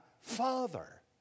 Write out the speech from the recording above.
Father